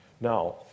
Now